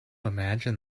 imagine